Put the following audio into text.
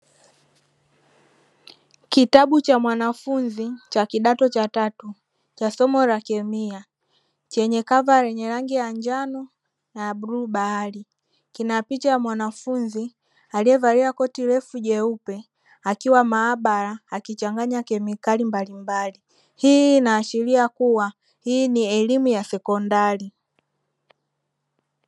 Kitabu cha mwanafunzi cha kidato cha tatu cha somo la kemia chenye kava lenye rangi ya njano na ya bluu bahari. Kina picha ya mwanafunzi aliyevalia koti refu jeupe akiwa maabara akichanganya kemikali mbalimbali; hii inaashiria kuwa hii ni elimu ya sekondari.